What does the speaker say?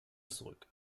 zurück